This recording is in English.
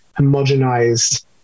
homogenized